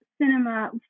cinema